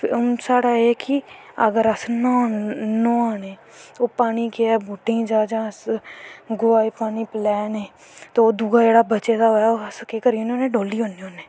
हून साढ़ा एह् ऐ कि अगर अस न्हा ने पानी केह् ऐ बूह्टें गी जा जां अस गवा गी पानी पलैने ते ओह् दुआ जेह्ड़ा बडे़ दा होऐ अस केह् करने होन्ने डोह्ल्ली ओड़नें होन्ने